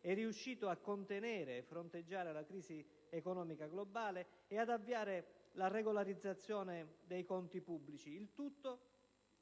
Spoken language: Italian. è riuscito a contenere e fronteggiare la crisi economica globale e ad avviare la regolarizzazione dei conti pubblici. Tutto ciò